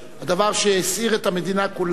הדבר שהסעיר את המדינה כולה.